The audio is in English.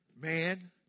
man